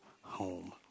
home